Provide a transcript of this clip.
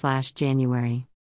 January